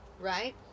right